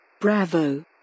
Bravo